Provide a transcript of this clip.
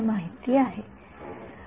विद्यार्थी संदर्भ वेळ १२५१ अनेक